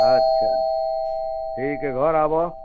अच्छा ठीक हइ घर आबऽ